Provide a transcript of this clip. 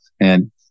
And-